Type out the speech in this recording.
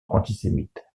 antisémite